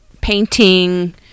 painting